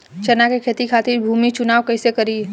चना के खेती खातिर भूमी चुनाव कईसे करी?